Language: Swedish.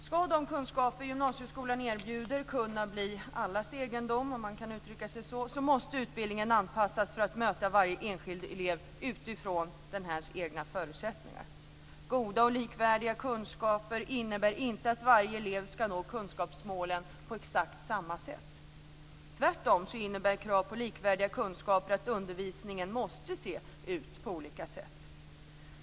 Ska de kunskaper som gymnasieskolan erbjuder kunna bli allas egendom, om man kan uttrycka sig så, måste utbildningen anpassas för att möta varje enskild elev utifrån dennes egna förutsättningar. Goda och likvärdiga kunskaper innebär inte att varje elev ska nå kunskapsmålen på exakt samma sätt. Tvärtom innebär krav på likvärdiga kunskaper att undervisningen måste se ut på olika sätt.